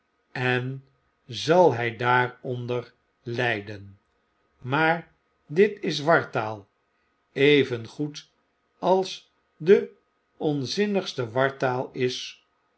en zal hjj daaronder lgden maar ditis wartaal evengoed als het de onzinnigste wartaal is